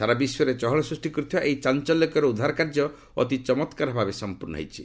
ସାରା ବିଶ୍ୱରେ ଚହଳ ସୃଷ୍ଟି କରିଥିବା ଏହି ଚାଞ୍ଚଲ୍ୟକର ଉଦ୍ଧାର କାର୍ଯ୍ୟ ଅତି ଚମତ୍କାରଭାବେ ସମ୍ପର୍ଶ୍ଣ ହୋଇଛି